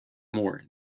more